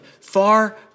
far